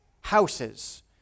houses